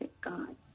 God